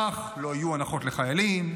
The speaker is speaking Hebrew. כך לא יהיו הנחות לחיילים,